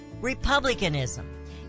Republicanism